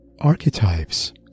Archetypes